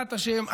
בעזרת השם,